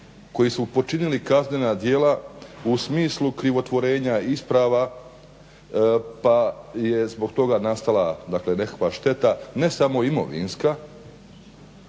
koji su počinili kaznena djela u smislu krivotvorenja isprava pa je zbog toga nastala nekakva šteta ne samo imovinska